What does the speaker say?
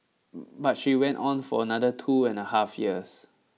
but she went on for another two and a half years